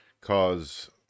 cause